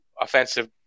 offensive